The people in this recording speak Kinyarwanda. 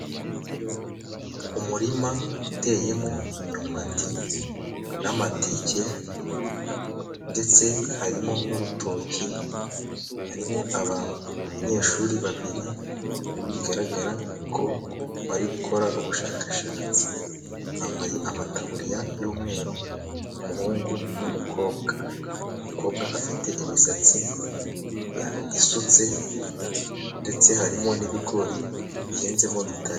Umurima uteyemo imyumbati n'amateke, ndetse harimo n'urutoki, harimo abanyeshuri babiri bigaragara ko bari gukora ubushakashatsi, bambaye amataburiya y'umweru, umuhungu n'umukobwa, umukobwa afite imisatsi isutse, ndetse harimo n'ibigori bihinzemo bitari.